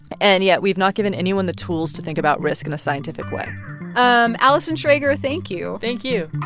and yet, we've not given anyone the tools to think about risk in a scientific way um allison schrager, thank you thank you